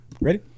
Ready